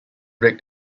break